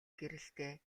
гэрэлтэй